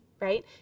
right